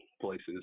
places